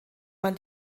man